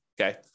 Okay